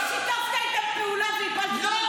אבל אתה שיתפת פעולה איתם והפלת